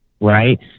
right